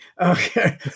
okay